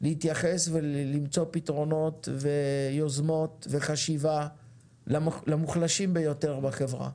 להתייחס ולמצוא פתרונות ויוזמות וחשיבה למוחלשים ביותר בחברה.